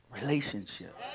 relationship